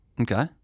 Okay